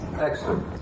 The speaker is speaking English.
excellent